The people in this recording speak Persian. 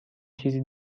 چیزی